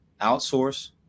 outsource